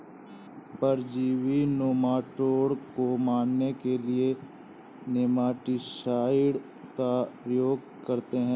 परजीवी नेमाटोड को मारने के लिए नेमाटीसाइड का प्रयोग करते हैं